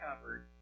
covered